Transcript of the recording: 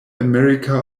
america